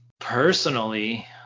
Personally